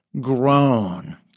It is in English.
grown